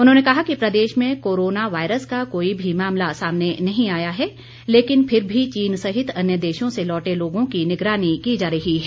उन्होंने कहा कि प्रदेश में कोरोना वायरस का कोई भी मामला सामने नहीं आया है लेकिन फिर भी चीन सहित अन्य देशों से लौटे लोगों की निगरानी की जा रही है